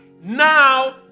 Now